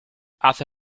hace